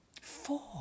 Four